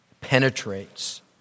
penetrates